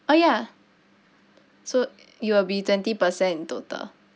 ah ya so it will be twenty percent in total